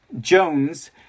Jones